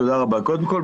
קודם כל,